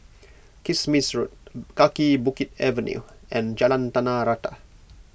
Kismis Road Kaki Bukit Avenue and Jalan Tanah Rata